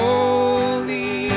Holy